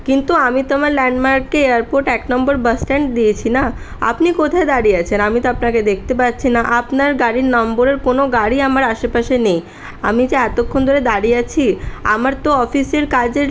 কিন্তু আমি তো আমার ল্যান্ডমার্কে এয়ারপোর্ট এক নম্বর বাসস্ট্যান্ড দিয়েছি না আপনি কোথায় দাঁড়িয়ে আছেন আমি তো আপনাকে দেখতে পাচ্ছি না আপনার গাড়ির নম্বরের কোনো গাড়িই আমার আশেপাশে নেই আমি যে এতক্ষণ ধরে দাঁড়িয়ে আছি আমার তো অফিসের কাজের